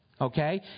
Okay